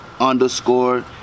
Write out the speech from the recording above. underscore